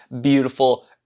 beautiful